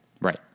Right